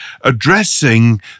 addressing